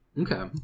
Okay